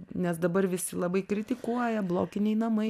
nes dabar visi labai kritikuoja blokiniai namai